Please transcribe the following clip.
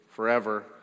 forever